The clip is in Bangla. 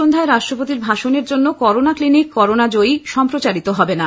সন্ধ্যায় রাষ্ট্রপতির ভাষণের জন্য করোনা ক্লিনিক করোনা জয়ী সম্প্রচারিত হবে না